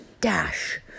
dash